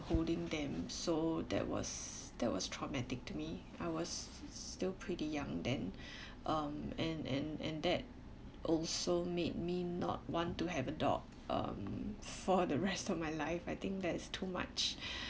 holding them so that was that was traumatic to me I was still pretty young then um and and and that also made me not want to have a dog um for the rest of my life I think that's too much